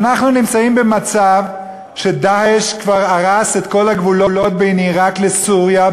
אנחנו נמצאים במצב ש"דאעש" כבר הרס את כל הגבולות בין עיראק לסוריה,